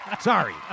Sorry